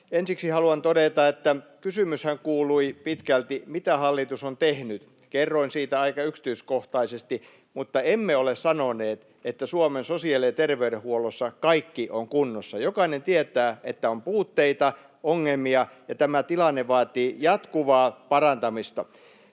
ensiksi haluan todeta, että kysymyshän kuului pitkälti, mitä hallitus on tehnyt. Kerroin siitä aika yksityiskohtaisesti, mutta emme ole sanoneet, että kaikki on kunnossa Suomen sosiaali- ja terveydenhuollossa. Jokainen tietää, että on puutteita, ongelmia, ja tämä tilanne vaatii jatkuvaa parantamista.